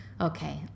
Okay